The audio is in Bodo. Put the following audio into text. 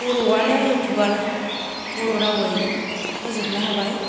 बर'यानो इउटुबार बर' रावै होजोबनो हाबाय